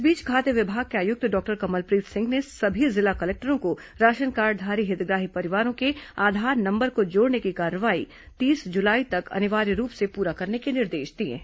इस बीच खाद्य विभाग के आयुक्त डॉक्टर कमलप्रीत सिंह ने सभी जिला कलेक्टरों को राशन कार्डधारी हितग्राही परिवारों के आधार नंबर को जोड़ने की कार्रवाई तीस जुलाई तक अनिवार्य रूप से पूरा करने के निर्देश दिए हैं